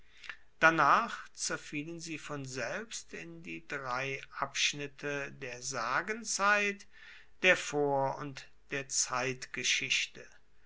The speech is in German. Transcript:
danach zerfielen sie von selbst in die drei abschnitte der sagenzeit der vor und der zeitgeschichte